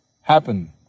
happen